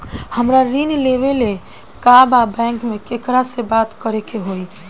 हमरा ऋण लेवे के बा बैंक में केकरा से बात करे के होई?